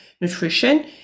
nutrition